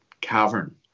cavern